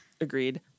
Agreed